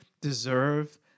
deserve